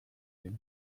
gunn